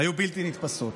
היו בלתי נתפסות.